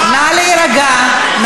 נא להירגע.